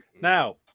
now